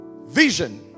Vision